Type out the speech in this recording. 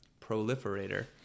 proliferator